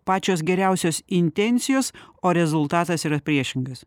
pačios geriausios intencijos o rezultatas yra priešingas